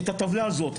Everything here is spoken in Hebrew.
את הטבלה הזאת,